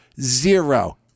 zero